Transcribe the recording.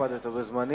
שהקפדת על הזמנים.